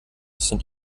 sind